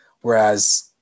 Whereas